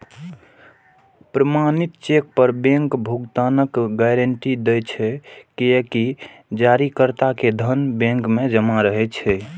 प्रमाणित चेक पर बैंक भुगतानक गारंटी दै छै, कियैकि जारीकर्ता के धन बैंक मे जमा रहै छै